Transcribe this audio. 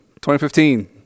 2015